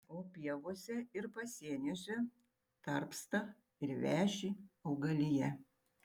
o pievose ir pasieniuose tarpsta ir veši augalija